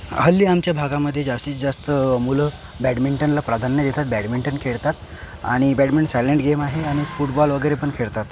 हल्ली आमच्या भागामध्ये जास्तीत जास्त मुलं बॅडमिंटनला प्राधान्य देतात बॅडमिंटन खेळतात आणि बॅडमिंट सायलंट गेम आहे आणि फुटबॉल वगैरे पण खेळतात